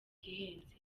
ihenze